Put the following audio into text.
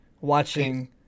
watching